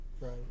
right